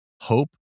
Hope